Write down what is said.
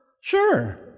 Sure